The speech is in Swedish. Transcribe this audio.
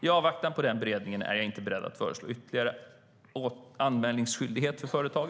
I avvaktan på den beredningen är jag inte beredd att föreslå ytterligare anmälningsskyldighet för företag.